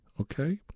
okay